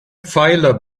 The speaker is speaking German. pfeiler